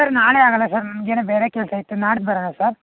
sir ನಾಳೆ ಆಗೋಲ್ಲ sir ನನ್ಗೆ ಏನೋ ಬೇರೆ ಕೆಲಸ ಇತ್ತು ನಾಡಿದ್ದು ಬರೋಣ ಸರ್